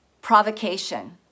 provocation